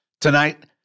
Tonight